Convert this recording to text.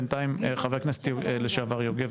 בינתיים חבר הכנסת לשעבר יוגב,